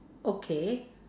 okay